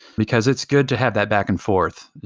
because it's good to have that back and forth.